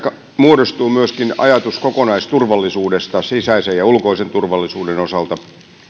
muodostuu myöskin ajatus kokonaisturvallisuudesta sisäisen ja ulkoisen turvallisuuden osalta